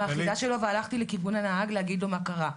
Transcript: - -"מאחיזה שלו והלכתי לכיוון הנהג להגיד לו מה קרה.